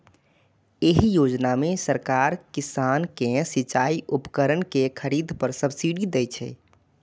एहि योजना मे सरकार किसान कें सिचाइ उपकरण के खरीद पर सब्सिडी दै छै